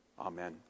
Amen